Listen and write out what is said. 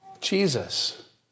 Jesus